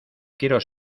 quiero